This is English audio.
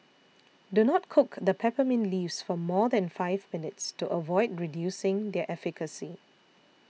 do not cook the peppermint leaves for more than five minutes to avoid reducing their efficacy